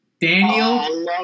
Daniel